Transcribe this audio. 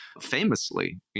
famously